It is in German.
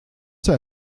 zur